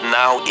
now